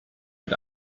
mit